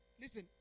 Listen